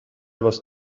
was